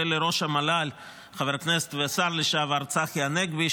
לראש המל"ל חבר הכנסת והשר לשעבר צחי הנגבי,